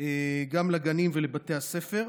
לגנים ולבתי הספר.